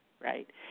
right